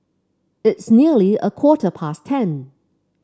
its nearly a quarter past ten